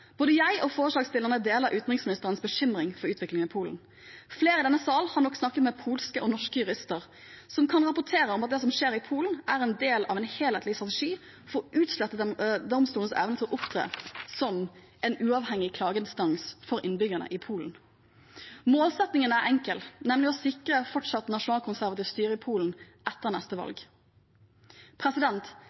Både jeg og forslagsstillerne deler utenriksministerens bekymring for utviklingen i Polen. Flere i denne sal har nok snakket med polske og norske jurister som kan rapportere om at det som skjer i Polen, er en del av en helhetlig strategi for å utslette domstolenes evne til å opptre som en uavhengig klageinstans for innbyggerne i Polen. Målsettingen er enkel, nemlig å sikre et fortsatt nasjonalkonservativt styre i Polen etter neste valg.